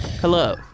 Hello